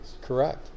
Correct